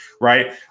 right